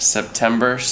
September